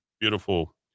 beautiful